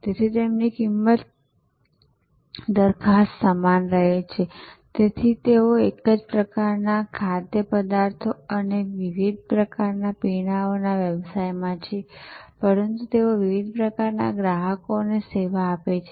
તેથી તેમની કિંમતની દરખાસ્ત સમાન રહે છે તેઓ એક જ પ્રકારના ખાદ્યપદાર્થો અને પીણાના વ્યવસાયમાં છે પરંતુ તેઓ વિવિધ પ્રકારના ગ્રાહકોને સેવા આપે છે